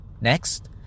Next